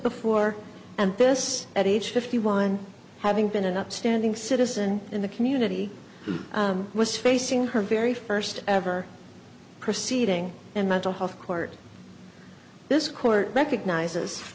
before and this at age fifty one having been an upstanding citizen in the community was facing her very first ever proceeding and mental health court this court recognizes